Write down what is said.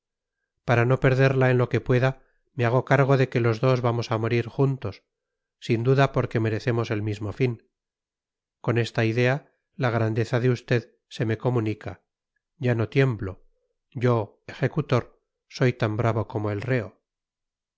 para no perderla en lo que pueda me hago cargo de que los dos vamos a morir juntos sin duda porque merecemos el mismo fin con esta idea la grandeza de usted se me comunica ya no tiemblo yo ejecutor soy tan bravo como el reo